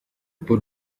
bull